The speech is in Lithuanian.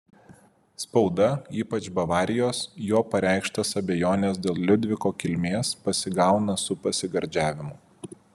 spauda ypač bavarijos jo pareikštas abejones dėl liudviko kilmės pasigauna su pasigardžiavimu